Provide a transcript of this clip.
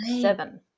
seven